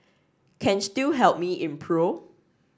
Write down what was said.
can still help me in pro